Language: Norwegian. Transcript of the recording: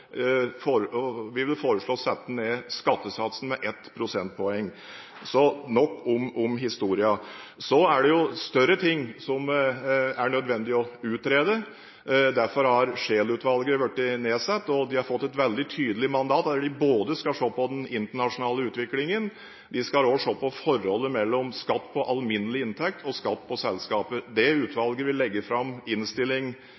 for næringslivet, men vi vil foreslå å sette ned skattesatsen med ett prosentpoeng. – Nok om historien. Så er det større ting som er nødvendig å utrede. Derfor har Scheel-utvalget blitt nedsatt, og de har fått et veldig tydelig mandat. De skal se både på den internasjonale utviklingen og på forholdet mellom skatt på alminnelig inntekt og skatt på selskaper. Det